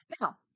Now